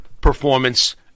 performance